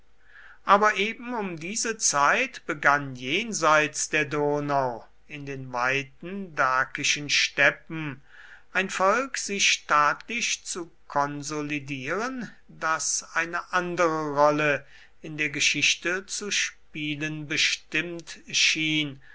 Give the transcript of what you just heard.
aber eben um diese zeit begann jenseits der donau in den weiten dakischen steppen ein volk sich staatlich zu konsolidieren das eine andere rolle in der geschichte zu spielen bestimmt schien